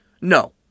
No